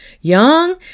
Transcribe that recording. young